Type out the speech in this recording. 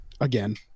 again